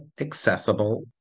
accessible